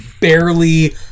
barely